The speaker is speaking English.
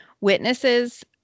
Witnesses